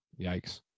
yikes